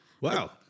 Wow